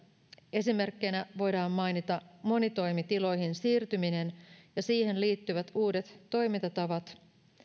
erimerkkeinä voidaan mainita monitoimitiloihin siirtyminen ja siihen liittyvät uudet toimintatavat